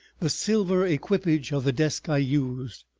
the silver equipage of the desk i used.